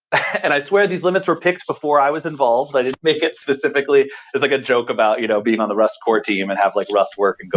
and i swear these limits are picked before i was involved, but it make specifically there's like a joke about you know being on the rust core team and have like rust work